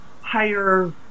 higher